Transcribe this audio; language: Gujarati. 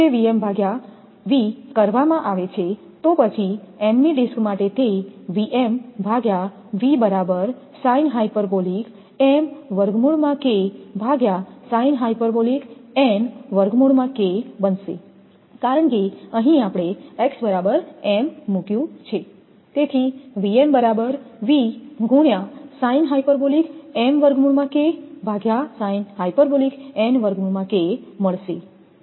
જો તે ભાગ્યા V કરવામાં આવે છે તો પછી m મી ડિસ્ક માટે તે બનશે કારણ કે અહીં આપણે x બરાબર m મૂક્યું છે